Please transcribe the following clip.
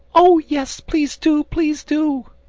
oh, yes, please do! please do!